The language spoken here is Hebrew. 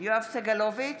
יואב סגלוביץ'